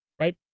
right